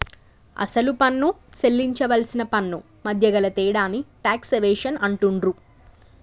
అసలు పన్ను సేల్లించవలసిన పన్నుమధ్య గల తేడాని టాక్స్ ఎవేషన్ అంటుండ్రు